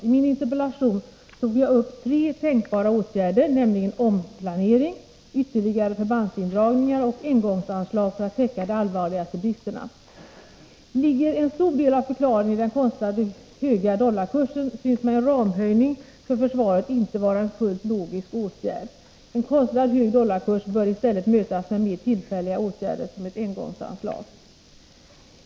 I min interpellation tog jag upp tre tänkbara åtgärder, nämligen omplanering, ytterligare förbandsindragningar och ”engångsanslag” för att täcka de allvarligaste bristerna. Ligger en stor del av förklaringen i den konstlat höga dollarkursen synes mig en ramökning för försvaret inte vara en fullt logisk åtgärd. En konstlat hög dollarkurs bör i stället mötas med mer tillfälliga åtgärder, som ett ”engångsanslag”.